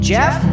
Jeff